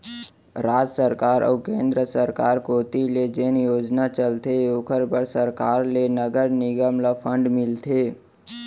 राज सरकार अऊ केंद्र सरकार कोती ले जेन योजना चलथे ओखर बर सरकार ले नगर निगम ल फंड मिलथे